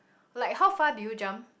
like how far do you jump